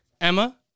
Emma